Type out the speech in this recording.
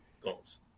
goals